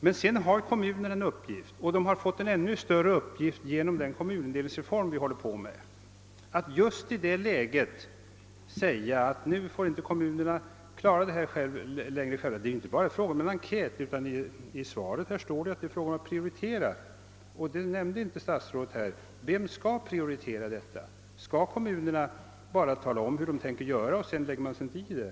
Kommunen har emellertid en uppgift, och den får en ännu större uppgift genom den kommunindelningsreform vi håller på med. Därför är det egendomligt att man just i detta läge säger att nu får kommunerna inte längre klara detta själva. Det är inte bara fråga om en enkät; i svaret sägs det att det är fråga om att prioritera. Men statsrådet nämner inte vem som skall prioritera. Skall kommunerna bara tala om hur de ämnar göra, och sedan lägger man sig inte i det?